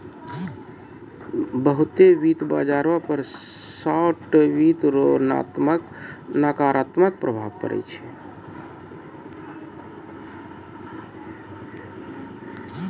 बहुते वित्त बाजारो पर शार्ट वित्त रो नकारात्मक प्रभाव पड़ै छै